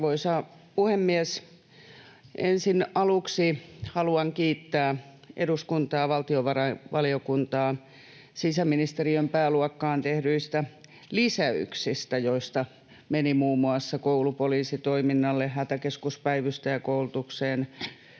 Arvoisa puhemies! Ensin aluksi haluan kiittää eduskuntaa ja valtiovarainvaliokuntaa sisäministeriön pääluokkaan tehdyistä lisäyksistä, joista meni muun muassa koulupoliisitoiminnalle, hätäkeskuspäivystäjäkoulutukseen,